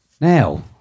Now